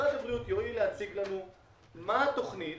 שמשרד הבריאות יואיל להציג לנו מה התוכנית